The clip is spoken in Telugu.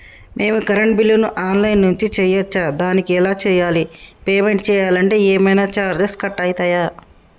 మేము కరెంటు బిల్లును ఆన్ లైన్ నుంచి చేయచ్చా? దానికి ఎలా చేయాలి? పేమెంట్ చేయాలంటే ఏమైనా చార్జెస్ కట్ అయితయా?